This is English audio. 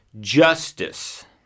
justice